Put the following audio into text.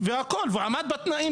כי אני עניתי תשובה למיכאל,